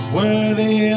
worthy